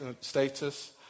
status